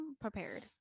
prepared